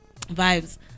Vibes